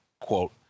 quote